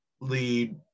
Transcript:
lead